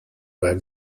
were